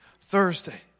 Thursday